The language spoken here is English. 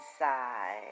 inside